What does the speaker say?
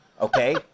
okay